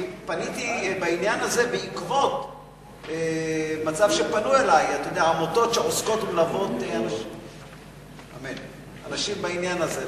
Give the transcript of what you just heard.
פניתי בעניין הזה כי פנו אלי עמותות שעוסקות ומלוות אנשים בעניין הזה.